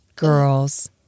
Girls